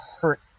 hurt